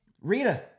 rita